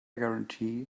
guarantee